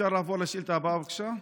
אפשר לעבור לשאילתה הבאה, בבקשה?